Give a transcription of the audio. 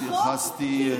התייחסתי --- החוק,